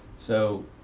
so